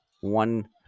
one